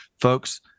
Folks